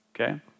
okay